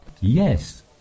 Yes